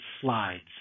slides